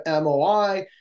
MOI